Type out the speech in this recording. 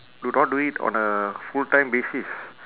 do not do it on a full time basis